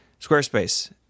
Squarespace